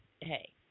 hey